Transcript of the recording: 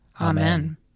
Amen